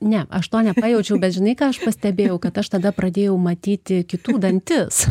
ne aš to nepajaučiau bet žinai ką aš pastebėjau kad aš tada pradėjau matyti kitų dantis